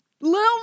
Little